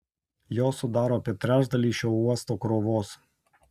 jos sudaro apie trečdalį šio uosto krovos